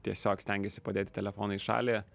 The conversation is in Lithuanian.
tiesiog stengiuosi padėti telefoną į šalį